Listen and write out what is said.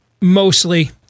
mostly